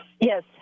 Yes